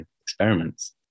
experiments